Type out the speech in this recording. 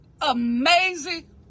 amazing